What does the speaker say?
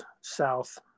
south